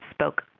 Spoke